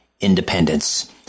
independence